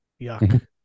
yuck